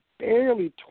barely